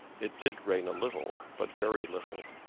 it did rain a little but very little.